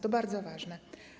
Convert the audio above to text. To bardzo ważne.